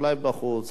אולי בחוץ.